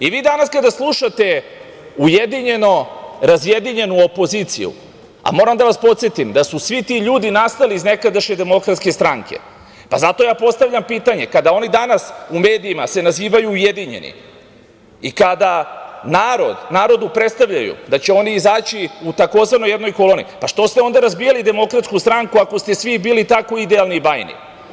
Vi danas kada slušate ujedinjeno-razjedinjenu opoziciju, a moram da vas podsetim da su svi ti ljudi nastali iz nekadašnje DS, zato ja postavljam pitanje – kada oni danas u medijima se nazivaju ujedinjeni i kada narodu predstavljaju da će oni izaći u tzv. „jednoj koloni“, što ste onda razbijali DS ako ste svi bili tako idealni i bajni?